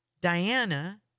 Diana